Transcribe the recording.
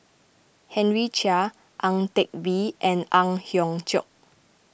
Henry Chia Ang Teck Bee and Ang Hiong Chiok